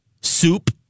soup